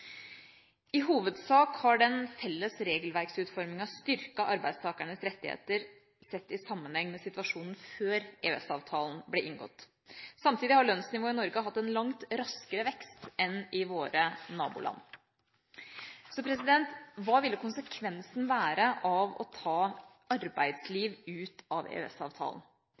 I hovedsak har den felles regelverksutforminga styrket arbeidstakernes rettigheter sett i sammenheng med situasjonen før EØS-avtalen ble inngått. Samtidig har lønnsnivået i Norge hatt en langt raskere vekst enn i våre naboland. Hva ville konsekvensen være av å ta arbeidsliv ut av